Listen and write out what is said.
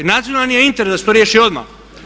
Nacionalni je interes da se to riješi odmah.